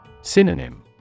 Synonym